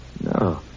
No